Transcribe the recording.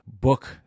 book